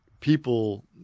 people